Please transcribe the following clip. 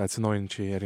atsinaujinti ir